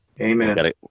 Amen